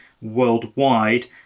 worldwide